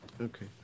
Okay